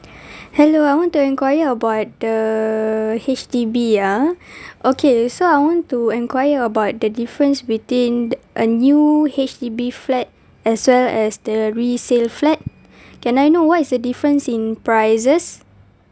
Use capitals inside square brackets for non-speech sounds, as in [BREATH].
[BREATH] hello I want to inquire about the H_D_B ah [BREATH] okay so I want to inquire about the difference between a new H_D_B flat as well as the resale flat [BREATH] can I know what is the difference in prices